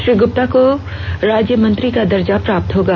श्री गुप्ता को राज्यमंत्री का दर्जा प्राप्त होगा